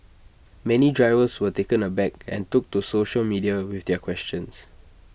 many drivers were taken aback and took to social media with their questions